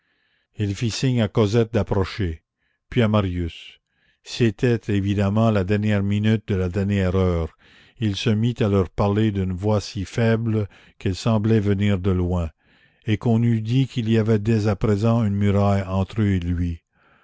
il fit signe à cosette d'approcher puis à marius c'était évidemment la dernière minute de la dernière heure et il se mit à leur parler d'une voix si faible quelle semblait venir de loin et qu'on eût dit qu'il y avait dès à présent une muraille entre eux et lui